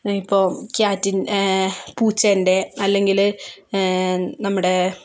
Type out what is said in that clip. any ഇപ്പോൾ cat പൂച്ചേൻ്റെ അല്ലെങ്കില് നമ്മുടെ